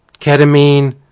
Ketamine